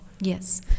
yes